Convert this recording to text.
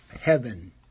Heaven